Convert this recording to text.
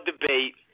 debate